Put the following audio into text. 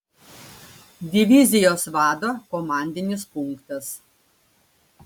divizijos vado komandinis punktas